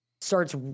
starts